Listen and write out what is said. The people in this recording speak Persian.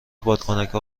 بادکنکا